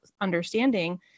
understanding